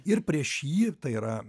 ir prieš jį tai yra